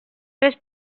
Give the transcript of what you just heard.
res